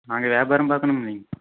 நாங்கள் வியாபாரம் பார்க்கணுமில்லைங்க